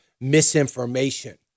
misinformation